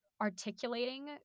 articulating